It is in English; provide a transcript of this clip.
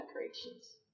decorations